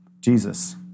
Jesus